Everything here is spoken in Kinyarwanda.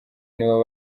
nibo